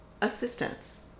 assistance